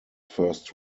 first